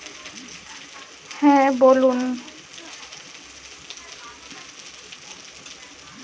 এখন উঠতি ন্যাসেন্ট বা বর্ধনশীল উদ্যোক্তা বলতিছে